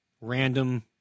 random